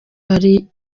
ari